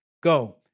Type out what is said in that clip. Go